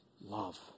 love